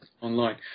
online